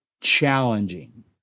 challenging